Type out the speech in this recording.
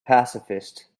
pacifist